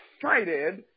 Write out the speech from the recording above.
excited